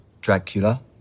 Dracula